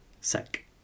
Sec